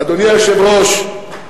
אדוני היושב-ראש,